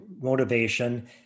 motivation